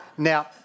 Now